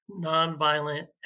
nonviolent